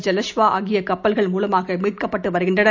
ஐலஷ்வா ஆகியகப்பல்கள் மூலமாகமீட்கப்பட்டுவருகின்றனர்